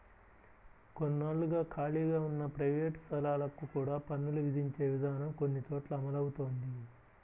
కొన్నాళ్లుగా ఖాళీగా ఉన్న ప్రైవేట్ స్థలాలకు కూడా పన్నులు విధించే విధానం కొన్ని చోట్ల అమలవుతోంది